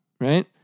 right